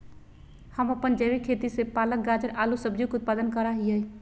हम अपन जैविक खेती से पालक, गाजर, आलू सजियों के उत्पादन करा हियई